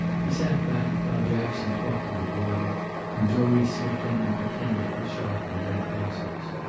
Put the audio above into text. he sat back, while jackson talked of the border and joey slipped in and pretended to sharpen lead pencils.